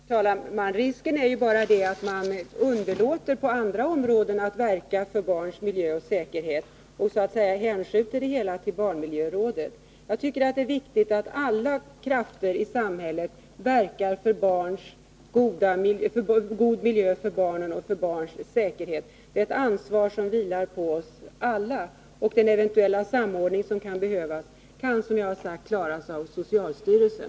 Herr talman! Risken är att man underlåter att på andra områden verka för barns miljö och säkerhet och hänskjuter det hela till barnmiljörådet. Jag tycker att det är viktigt att alla krafter i samhället verkar för god miljö för barnen och för deras säkerhet. Det är ett ansvar som vilar på oss alla. Den eventuella samordning som behövs kan, som jag sade, klaras av socialstyrelsen.